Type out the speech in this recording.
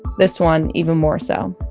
this one, even more so